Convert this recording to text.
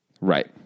Right